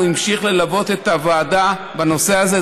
הוא המשיך ללוות את הוועדה בנושא הזה,